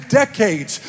decades